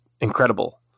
incredible